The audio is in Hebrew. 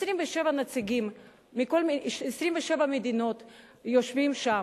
27 נציגים מ-27 מדינות יושבים שם,